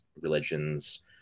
religions